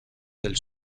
del